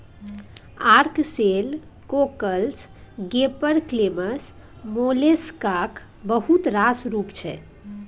ark shell, cockles, gaper clams मोलेस्काक बहुत रास रुप छै